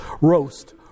roast